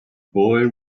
boy